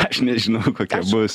aš nežinau kokia bus